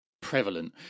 prevalent